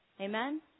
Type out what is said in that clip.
Amen